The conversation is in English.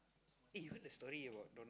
eh you heard the story about Donald~